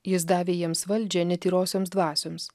jis davė jiems valdžią netyrosioms dvasioms